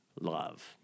love